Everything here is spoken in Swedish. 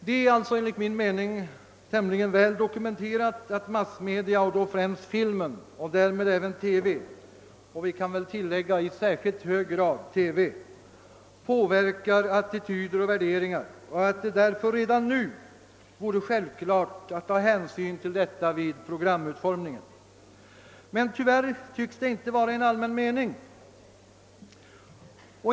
Det är alltså enligt min mening tämligen väl dokumenterat, att massmedia och då främst filmen och därmed även TV — vi kan tillägga i särskilt hög grad TV — påverkar attityder och värderingar och att det därför redan nu borde vara självklart att ta hänsyn härtill vid programutformningen. Men tyvärr tycks det inte vara en allmän mening.